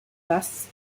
bus